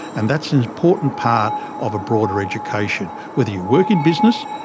and that's an important part of a broader education, whether you work in business,